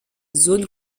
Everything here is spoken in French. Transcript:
zone